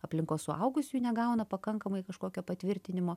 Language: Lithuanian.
aplinkos suaugusiųjų negauna pakankamai kažkokio patvirtinimo